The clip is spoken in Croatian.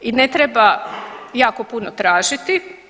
I ne treba jako puno tražiti.